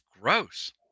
gross